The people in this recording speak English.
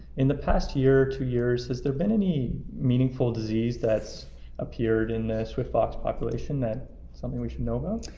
in the past year, two years, has there been any meaningful disease that's appeared in swift fox population that something we should know about?